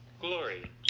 Glory